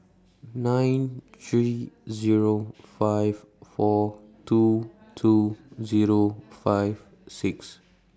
nine three Zero five four two two Zero five six